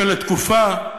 שלתקופה,